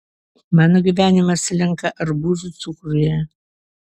mano gyvenimas slenka arbūzų cukruje